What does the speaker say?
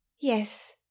Yes